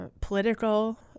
political